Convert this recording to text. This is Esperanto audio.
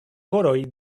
koroj